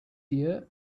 year